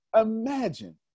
Imagine